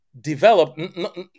develop